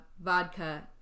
vodka